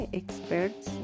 experts